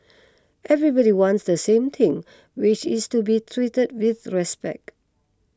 everybody wants the same thing which is to be treated with respect